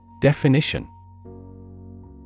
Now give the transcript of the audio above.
Definition